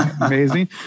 amazing